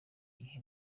gihe